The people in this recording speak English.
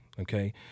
Okay